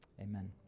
amen